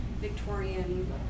Victorian